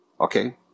okay